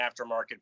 aftermarket